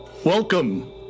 Welcome